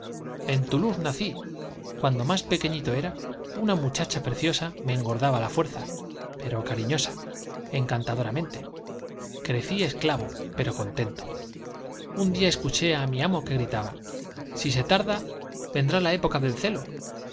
l en toulousse nací más pequeñito una muchacha pre cundo era ciosa me engordaba á la fuerza pero cariñosa encan tadoramente crecí esclavo pero contento un día escuché á mi amo que gritaba i si se tarda vendrá la época del celo